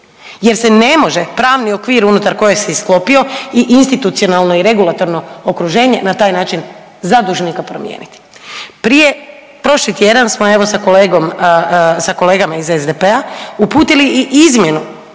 jer se ne može pravni okvir unutar kojeg si sklopio i institucionalno i regulatorno okruženje na taj način za dužnika promijeniti. Prošli tjedan smo evo sa kolegama iz SDP-a uputili i izmjenu